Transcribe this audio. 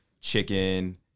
chicken